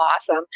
awesome